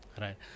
right